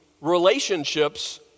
relationships